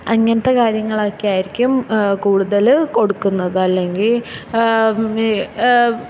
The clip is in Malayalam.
അങ്ങനത്തെ കാര്യങ്ങളൊക്കെയായിരിക്കും കൂടുതല് കൊടുക്കുന്നത് അല്ലെങ്കില്